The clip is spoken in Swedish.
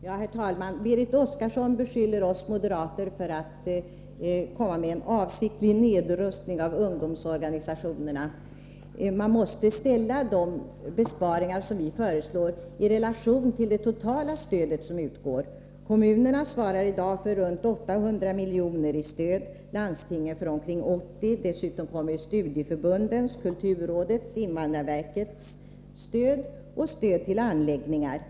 Herr talman! Berit Oscarsson beskyller oss moderater för att komma med en avsiktlig nedrustning av ungdomsorganisationerna. Men man måste ställa de besparingar som vi föreslår i relation till det totala stöd som utgår. Kommunerna svarar i dag för runt 800 milj.kr. i stöd och landstingen för omkring 80 milj.kr. Därtill kommer studieförbundens, kulturrådets och invandrarverkets stöd samt stödet till anläggningar.